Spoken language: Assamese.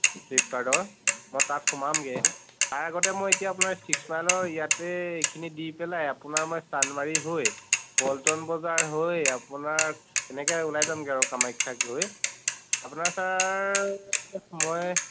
ফ্লিপকাৰ্টৰ মই তাত সোমামগৈ তাৰ আগতে মই এতিয়া আপোনাৰ চিক্স মাইলৰ ইয়াতে এইখিনি দি পেলাই আপোনাৰ মই চান্দমাৰী হৈ পল্টন বজাৰ হৈ আপোনাৰ এনেকৈ ওলাই যামগৈ আৰু কামাখ্যা গৈ আপোনাৰ ছাৰ মই